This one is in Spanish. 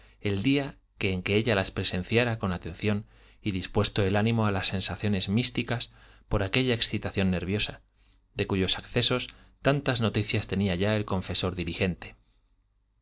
el día en que ella las presenciara con atención y dispuesto el ánimo a las sensaciones místicas por aquella excitación nerviosa de cuyos accesos tantas noticias tenía ya el confesor diligente